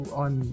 on